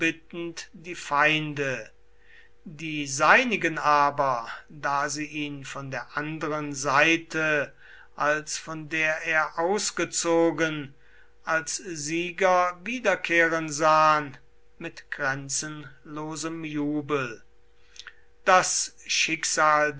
die feinde die seinigen aber da sie ihn von der anderen seite als von der er ausgezogen als sieger wiederkehren sahen mit grenzenlosem jubel das schicksal